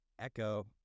Echo